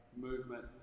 movement